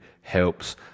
helps